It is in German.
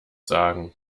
sagen